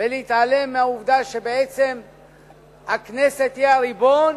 ולהתעלם מהעובדה שבעצם הכנסת היא הריבון,